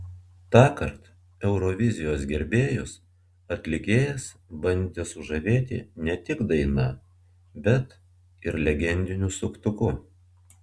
tąkart eurovizijos gerbėjus atlikėjas bandė sužavėti ne tik daina bet ir legendiniu suktuku